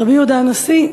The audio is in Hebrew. על רבי יהודה הנשיא,